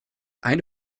eine